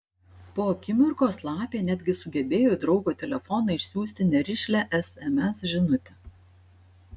po akimirkos lapė netgi sugebėjo į draugo telefoną išsiųsti nerišlią sms žinutę